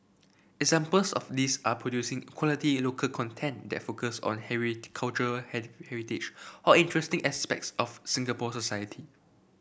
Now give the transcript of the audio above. examples of these are producing quality local content that focus on cultural heritage or interesting aspects of Singapore society